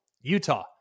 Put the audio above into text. Utah